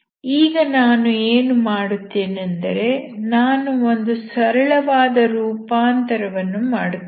ಈಗ ನಾನು ಏನು ಮಾಡುತ್ತೇನೆಂದರೆ ನಾನು ಒಂದು ಸರಳವಾದ ರೂಪಾಂತರವನ್ನು ಮಾಡುತ್ತೇನೆ